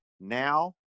Now